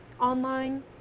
online